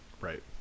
Right